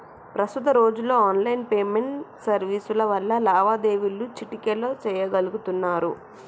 ప్రస్తుత రోజుల్లో online payment సర్వీసుల వల్ల లావాదేవీలు చిటికెలో చెయ్యగలుతున్నరు